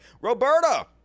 Roberta